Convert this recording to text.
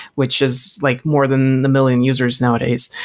which is like more than the million users nowadays.